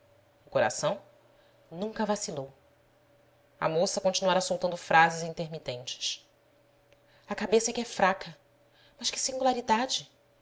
o coração nunca vacilou a moça continuara soltando frases intermitentes a cabeça é que é fraca mas que singularidade